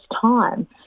time